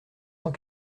cent